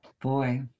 Boy